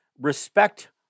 respect